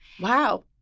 Wow